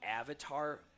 avatar